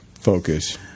Focus